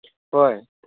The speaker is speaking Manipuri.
ꯍꯣꯏ